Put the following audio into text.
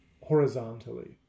horizontally